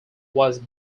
was